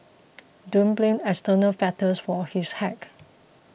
don't blame external factors for his hack